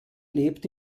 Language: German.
lebt